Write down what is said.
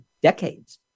Decades